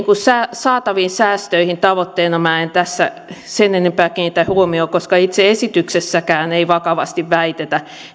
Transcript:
saataviin säästöihin tavoitteena minä en tässä sen enempää kiinnitä huomiota koska itse esityksessäkään ei vakavasti väitetä